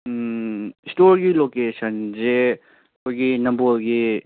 ꯁ꯭ꯇꯣꯔꯒꯤ ꯂꯣꯀꯦꯁꯟꯁꯦ ꯑꯩꯈꯣꯏꯒꯤ ꯅꯝꯕꯣꯜꯒꯤ